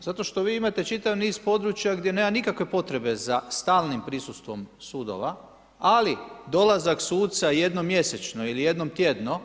Zato što vi imate čitav niz područja gdje nema nikakve potrebe za stalnim prisustvom sudova, ali dolazak suca jednom mjesečno ili jednom tjedno